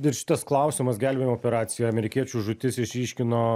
ir šitas klausimas gelbėjimo operacija amerikiečių žūtis išryškino